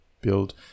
build